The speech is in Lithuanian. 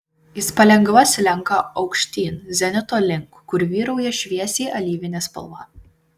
jis palengva slenka aukštyn zenito link kur vyrauja šviesiai alyvinė spalva